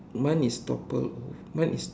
mine is toppled over mine is